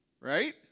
right